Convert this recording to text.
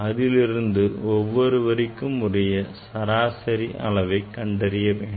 இதிலிருந்து ஒவ்வொரு வரிக்கும் உரிய சராசரி அளவை கண்டறிய வேண்டும்